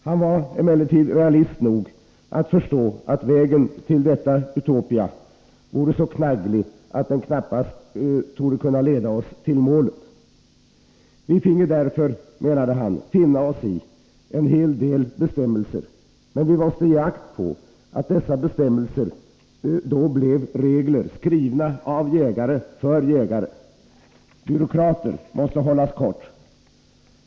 Han var emellertid realist nog att förstå att vägen till detta Utopia vore så knagglig att den knappast torde kunna leda oss till målet. Vi finge därför, menade han, finna oss i en hel del bestämmelser, men vi måste ge akt på att dessa då blev regler, skrivna av jägare för jägare; byråkrater måste hållas kort.